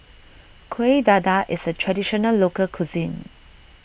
Kuih Dadar is a Traditional Local Cuisine